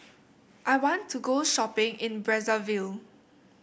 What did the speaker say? I want to go shopping in Brazzaville